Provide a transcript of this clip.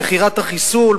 מכירת החיסול,